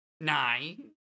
Nine